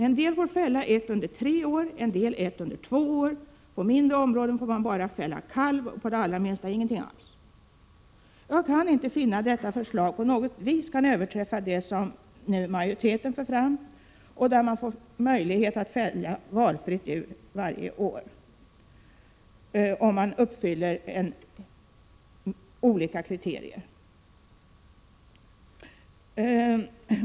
En del får fälla ett under tre år, en del ett under två år. På mindre 29 april 1987 områden får man bara fälla kalv och på de allra minsta ingenting alls. Jag kan inte finna att detta förslag på något vis kan överträffa det som nu majoriteten för fram, där man får möjlighet att fälla valfritt djur varje år, om man uppfyller olika kriterier.